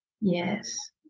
Yes